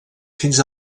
fins